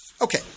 Okay